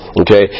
okay